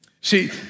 See